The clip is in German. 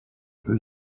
wie